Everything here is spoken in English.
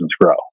grow